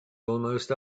almost